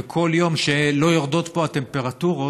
וכל יום שלא יורדות פה הטמפרטורות,